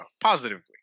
positively